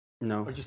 No